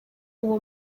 uwo